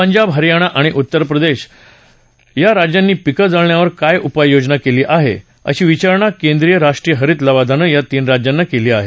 पंजाब हरयाणा आणि उत्तर प्रदेश राज्यांनी पीकं जळण्यावर काय उपाय योजना केली आहे अशी विचारणा राष्ट्रीय हरित लवादानं या तीन राज्यांना केली आहे